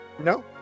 No